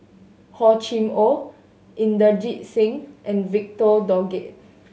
Hor Chim Or Inderjit Singh and Victor Doggett